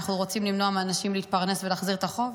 אנחנו רוצים למנוע מאנשים להתפרנס ולהחזיר את החוב?